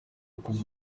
kuva